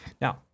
now